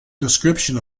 description